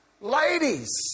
Ladies